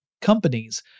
companies